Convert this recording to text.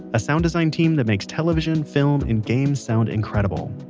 a sound design team that makes television, film and games sound incredible.